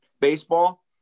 baseball